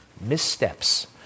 missteps